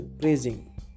praising